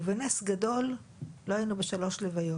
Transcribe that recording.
ובנס גדול לא היינו בשלוש לוויות.